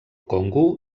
congo